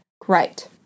great